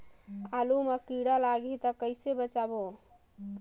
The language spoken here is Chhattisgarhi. आलू मां कीड़ा लाही ता कइसे बचाबो?